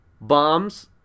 Bombs